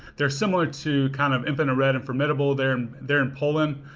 they're similar to kind of infinite red and formidable there, they're in poland.